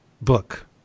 book